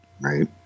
Right